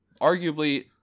arguably